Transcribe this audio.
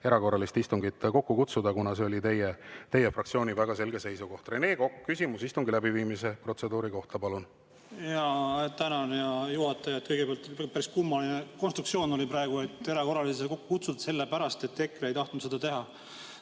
erakorralist istungit kokku kutsuda, kuna see oli teie fraktsiooni väga selge seisukoht. Rene Kokk, küsimus istungi läbiviimise protseduuri kohta, palun! Jaa, tänan, hea juhataja! Kõigepealt, päris kummaline konstruktsioon oli praegu – erakorralist ei ole kokku kutsutud, sellepärast et EKRE ei tahtnud seda teha.